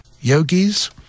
Yogis